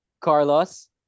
Carlos